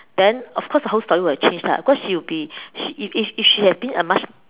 then of course the whole story will change lah because she will be she if if she have been a much